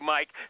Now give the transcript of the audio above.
Mike